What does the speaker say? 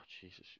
Jesus